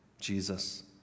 Jesus